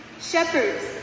shepherds